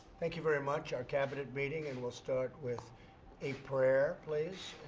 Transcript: thank you very much. our cabinet meeting. and we'll start with a prayer, please.